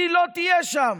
היא לא תהיה שם.